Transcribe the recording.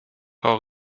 frau